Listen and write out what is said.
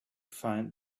find